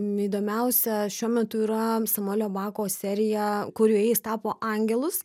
įdomiausia šiuo metu yra samuelio bako serija kurioje jis tapo angelus